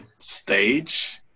stage